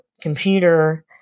computer